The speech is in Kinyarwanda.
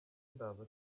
ndaza